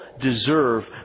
deserve